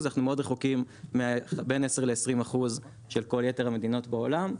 אנחנו מאוד רחוקים בין 10 ל-20 אחוז של כל יתר המדינות בעולם.